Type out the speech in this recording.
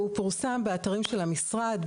והוא פורסם באתרים של המשרד,